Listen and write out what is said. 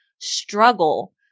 struggle